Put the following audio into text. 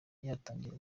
yatangira